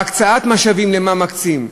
בהקצאת משאבים, למה מקצים?